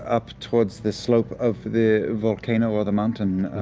up towards the slope of the volcano or the mountain,